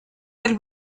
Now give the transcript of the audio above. del